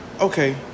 okay